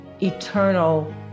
eternal